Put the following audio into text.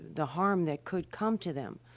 the harm that could come to them.